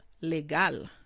legal